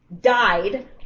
died